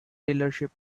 dealership